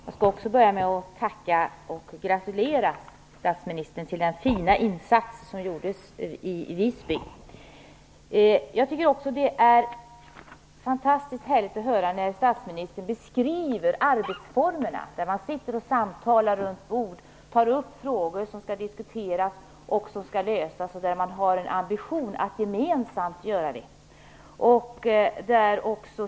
Fru talman! Även jag skall börja med att tacka och gratulera statministern till den fina insats som gjordes i Visby. Det är fantastiskt härligt att höra statsministern beskriva arbetsformerna, att man sitter och samtalar runt bord, tar upp frågor som skall diskuteras och problem som skall lösas och att man har en ambition att göra det gemensamt.